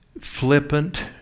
flippant